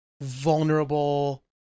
vulnerable